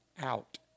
out